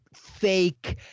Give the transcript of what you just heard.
fake